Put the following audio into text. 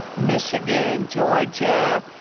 michigan, georgia,